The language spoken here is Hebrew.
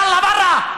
יאללה, ברא.